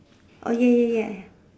oh ya ya ya